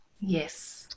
Yes